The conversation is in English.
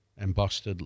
embossed